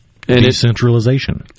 Decentralization